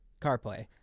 CarPlay